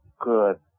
good